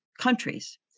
countries